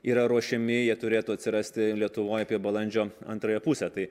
yra ruošiami jie turėtų atsirasti lietuvoj apie balandžio antrąją pusę tai